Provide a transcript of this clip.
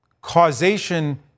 causation